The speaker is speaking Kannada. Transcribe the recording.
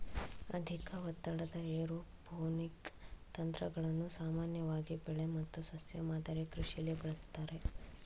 ಅಧಿಕ ಒತ್ತಡದ ಏರೋಪೋನಿಕ್ ತಂತ್ರಗಳನ್ನು ಸಾಮಾನ್ಯವಾಗಿ ಬೆಳೆ ಮತ್ತು ಸಸ್ಯ ಮಾದರಿ ಕೃಷಿಲಿ ಬಳಸ್ತಾರೆ